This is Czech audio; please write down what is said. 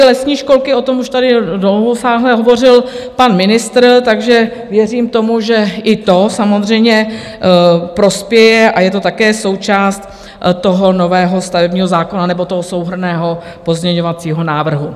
Lesní školky, o tom už tady dlouhosáhle hovořil pan ministr, takže věřím tomu, že i to samozřejmě prospěje, a je to také součást nového stavebního zákona nebo souhrnného pozměňovacího návrhu.